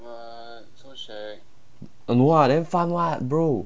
what damn fun [what] bro